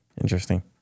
interesting